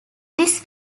this